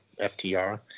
FTR